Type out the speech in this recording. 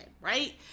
right